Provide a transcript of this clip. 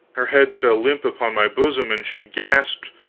her head fell limp upon my bosom, and she gasped,